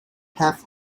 half